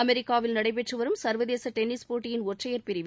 அமெரிக்காவில் நடைபெற்று வரும் சர்வதேச டென்னிஸ் போட்டியின் ஒற்றையர் பிரிவில்